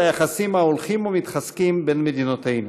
היחסים ההולכים ומתחזקים בין מדינותינו.